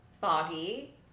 foggy